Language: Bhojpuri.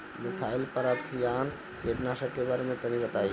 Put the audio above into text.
मिथाइल पाराथीऑन कीटनाशक के बारे में तनि बताई?